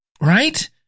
right